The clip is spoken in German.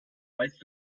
weißt